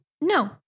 no